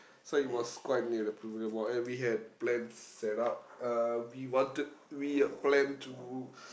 so it was quite near the Pavilion-Mall and we had plans set up uh we wanted we planned to